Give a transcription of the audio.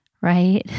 right